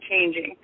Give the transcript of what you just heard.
changing